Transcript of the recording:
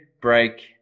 break